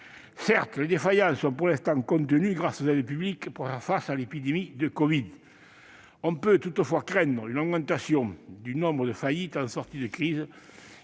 Certes, les défaillances sont pour l'instant contenues grâce aux aides publiques pour faire face à l'épidémie de covid. On peut toutefois craindre une augmentation du nombre de faillites en sortie de crise